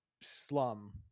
slum